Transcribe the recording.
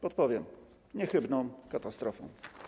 Podpowiem: niechybną katastrofą.